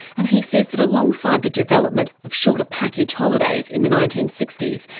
and he says that alongside the development of shorter package holidays in the nineteen sixty s,